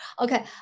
Okay